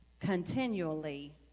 continually